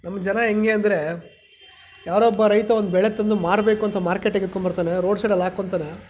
ನಮ್ಮ ಜನ ಹೇಗೆ ಅಂದರೆ ಯಾರೋ ಒಬ್ಬ ರೈತ ಒಂದು ಬೆಳೆ ತಂದು ಮಾರಬೇಕು ಅಂತ ಮಾರ್ಕೆಟಿಗೆ ಎತ್ಕೊಂಡು ಬರ್ತಾನೆ ರೋಡ್ ಸೈಡಲ್ಲಿ ಹಾಕ್ಕೋತಾನೆ